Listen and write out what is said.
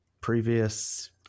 previous